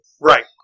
Right